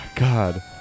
God